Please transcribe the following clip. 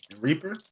Reaper